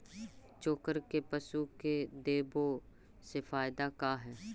चोकर के पशु के देबौ से फायदा का है?